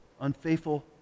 unfaithful